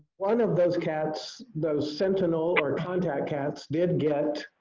one of those cats, those sentinel or contact cats, did get